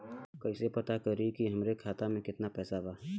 कइसे पता करि कि हमरे खाता मे कितना पैसा बा?